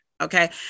okay